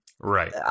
Right